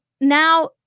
Now